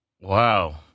Wow